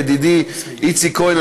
ידידי איציק כהן,